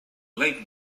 lake